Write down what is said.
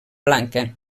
blanca